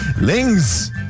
Lings